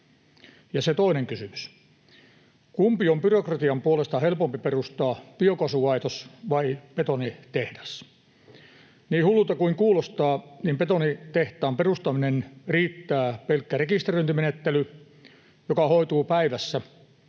Ja se toinen kysymys: kumpi on byrokratian puolesta helpompi perustaa, biokaasulaitos vai betonitehdas? Niin hullulta kuin kuulostaa, niin betonitehtaan perustamiseen riittää pelkkä rekisteröintimenettely, joka hoituu päivässä,